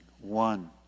One